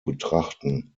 betrachten